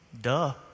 Duh